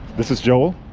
this is joel,